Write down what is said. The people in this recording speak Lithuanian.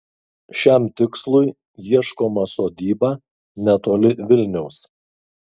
šiam tikslui ieškoma sodyba netoli vilniaus